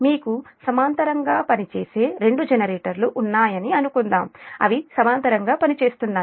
మీకు సమాంతరంగా పనిచేసే రెండు జనరేటర్లు ఉన్నాయని అనుకుందాం అవి సమాంతరంగా పనిచేస్తున్నాయి